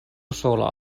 sola